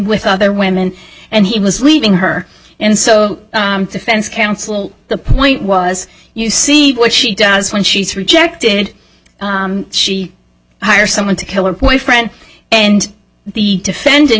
with other women and he was leaving her and so defense counsel the point was you see what she does when she's rejected she hires someone to kill her boyfriend and the defendant